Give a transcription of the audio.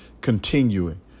continuing